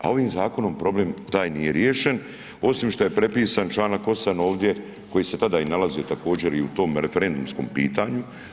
A ovim zakonom problem taj nije riješen osim što je prepisan članak 8. ovdje koji se tada i nalazio također i u tom referendumskom pitanju.